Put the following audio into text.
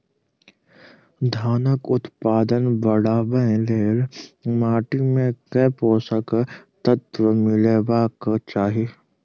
धानक उत्पादन बढ़ाबै लेल माटि मे केँ पोसक तत्व मिलेबाक चाहि?